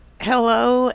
Hello